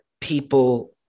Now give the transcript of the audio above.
people